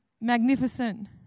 magnificent